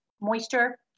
moisture